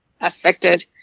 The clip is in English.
affected